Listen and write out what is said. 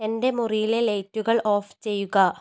എൻ്റെ മുറിയിലെ ലൈറ്റുകൾ ഓഫ് ചെയ്യുക